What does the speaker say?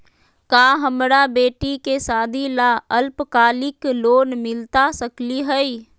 का हमरा बेटी के सादी ला अल्पकालिक लोन मिलता सकली हई?